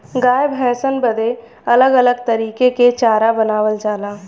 गाय भैसन बदे अलग अलग तरीके के चारा बनावल जाला